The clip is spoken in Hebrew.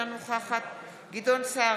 אינה נוכחת גדעון סער,